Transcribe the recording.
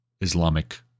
Islamic